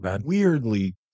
weirdly